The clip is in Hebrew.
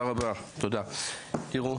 תיראו,